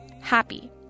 happy